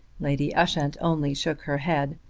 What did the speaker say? lady ushant only shook her head.